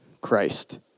Christ